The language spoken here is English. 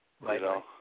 Right